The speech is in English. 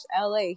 LA